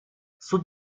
суд